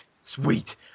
sweet